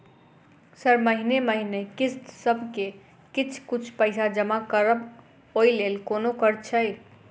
Sir महीने महीने किस्तसभ मे किछ कुछ पैसा जमा करब ओई लेल कोनो कर्जा छैय?